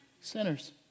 sinners